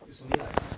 it's only like ah